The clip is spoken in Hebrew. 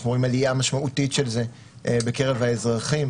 אנחנו רואים עלייה משמעותית של זה בקרב האזרחים,